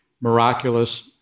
miraculous